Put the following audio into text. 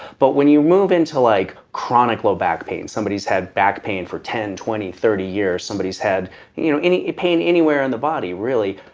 but when you move into like chronic low back pain, somebody has had back pain for ten, twenty, thirty years, somebody has had you know pain anywhere in the body really,